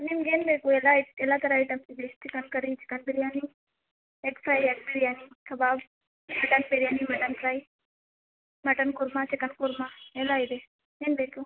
ನಿಮ್ಗೆ ಏನು ಬೇಕು ಎಲ್ಲ ಐಟ ಎಲ್ಲ ಥರ ಐಟಮ್ಸ್ ಇದೆ chicken curry chicken biryani egg fry egg biryani kebab mutton biryani mutton fry mutton korma chicken korma ಎಲ್ಲ ಇದೆ ಏನು ಬೇಕು